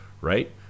right